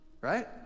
Right